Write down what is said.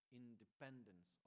independence